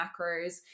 macros